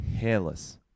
hairless